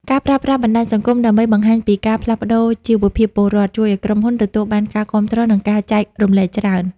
ការប្រើប្រាស់បណ្ដាញសង្គមដើម្បីបង្ហាញពីការផ្លាស់ប្តូរជីវភាពពលរដ្ឋ ជួយឱ្យក្រុមហ៊ុនទទួលបានការគាំទ្រ និងការចែករំលែកច្រើន។